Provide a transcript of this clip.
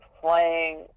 playing